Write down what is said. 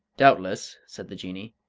doubtless, said the jinnee,